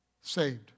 saved